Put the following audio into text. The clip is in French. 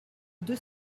deux